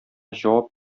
җавап